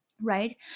right